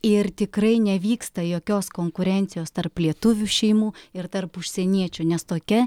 ir tikrai nevyksta jokios konkurencijos tarp lietuvių šeimų ir tarp užsieniečių nes tokia